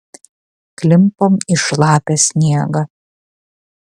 klimpom į šlapią sniegą